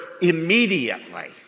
immediately